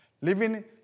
Living